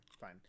fine